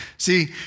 See